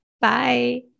Bye